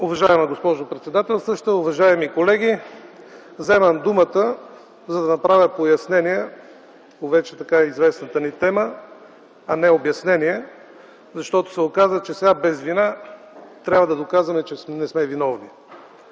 Уважаема госпожо председателстваща, уважаеми колеги, взимам думата, за да направя пояснение по вече така известната ни тема, а не обяснение, защото се оказа, че сега без вина трябва да доказваме, че не сме виновни.